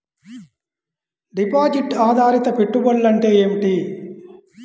Deposit ఆధారిత పెట్టుబడులు అంటే ఏమిటి?